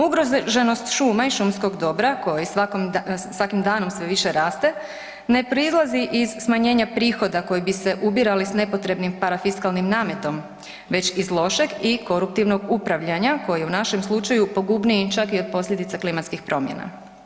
Ugroženost šuma i šumskog dobra koji svakim danom sve više raste ne proizlazi iz smanjenja prihoda koji bi se ubirali s nepotrebnim parafiskalnim nametom, već iz lošeg i koruptivnog upravljanja koji je u našem slučaju pogubniji čak i od posljedica klimatskih promjena.